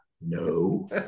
No